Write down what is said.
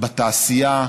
בתעשייה,